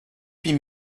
huit